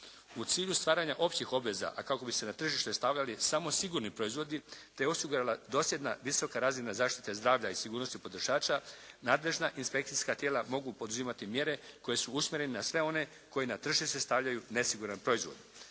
U cilju stvaranja općih obveza a kako bi se na tržište stavljali samo sigurni proizvodi te osigurala dosljedna visoka razina zaštite zdravlja i sigurnosti potrošača nadležna inspekcijska tijela mogu poduzimati mjere koje su usmjerene na sve one koji na tržište stavljaju nesiguran proizvod.